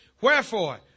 Wherefore